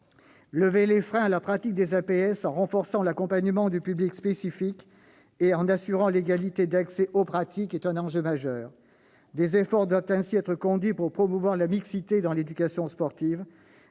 physiques et sportives (APS) en renforçant l'accompagnement du public spécifique et en assurant l'égalité d'accès aux pratiques est un enjeu majeur. Des efforts doivent ainsi être conduits pour promouvoir la mixité dans l'éducation sportive